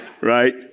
right